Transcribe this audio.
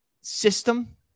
System